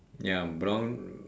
ya brown